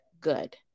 good